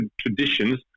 traditions